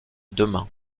demain